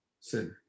sin